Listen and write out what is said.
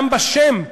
גם בשם: